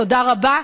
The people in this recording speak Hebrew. תודה רבה.